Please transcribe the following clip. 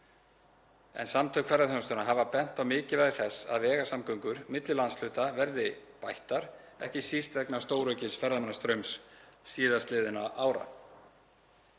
en Samtök ferðaþjónustunnar hafa bent á mikilvægi þess að vegasamgöngur milli landshluta verði bættar, ekki síst vegna stóraukins ferðamannastraums síðastliðinna ára.